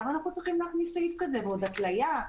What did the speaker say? למה אנחנו צריכים להוסיף סעיף כזה, ועוד התליה?